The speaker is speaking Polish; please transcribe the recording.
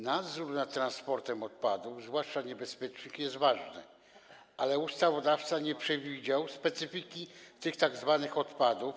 Nadzór nad transportem odpadów, zwłaszcza niebezpiecznych, jest ważny, ale ustawodawca nie przewidział specyfiki tych tzw. odpadów.